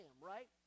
right